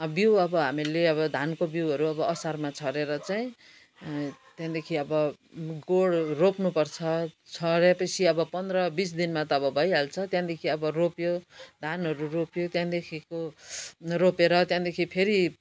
बिउ अब हामीले अब धानको बिउहरू अब असारमा छरेर चाहिँ त्यहाँदेखि अब गोड् रोप्नु पर्छ छरेपछि अब पन्ध्र बिस दिनमा त अब भइहाल्छ त्यहाँदेखि अब रोप्यो धानहरू रोप्यो त्यहाँदेखिको रोपेर त्यहाँदेखि फेरि